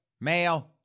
male